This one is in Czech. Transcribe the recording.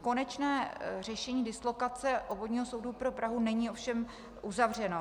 Konečné řešení dislokace Obvodního soudu pro Prahu 5 není ovšem uzavřeno.